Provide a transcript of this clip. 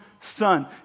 son